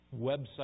website